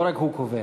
לא רק הוא קובע.